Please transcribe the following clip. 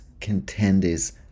contenders